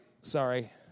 Sorry